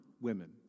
women